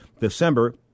December